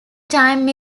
time